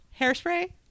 hairspray